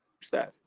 staff